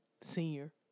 Senior